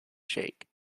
shake